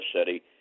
city